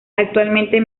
actualmente